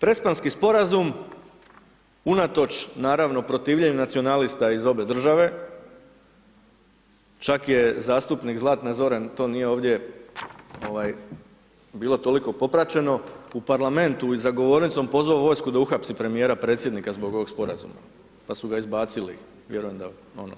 Prespanski sporazum, unatoč naravno protivljenju nacionalista iz obje države, čak je zastupnik Zlatan Zoran, to nije ovdje bilo toliko popraćeno u parlamentu i za govornicom pozvao vojsku da uhvati premjera predsjednika zbog ovog sporazuma, pa su ga izbacili, vjerujem da bi ga ono